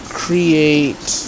create